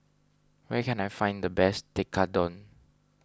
where can I find the best Tekkadon